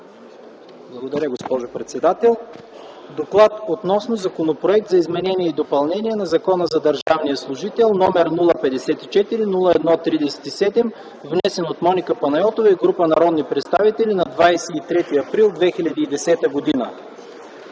Благодаря, госпожо председател. „ ДОКЛАД относно Законопроект за изменение и допълнение на Закона за държавния служител, № 054-01-37, внесен от Моника Панайотова и група народни представители на 23 април 2010 г.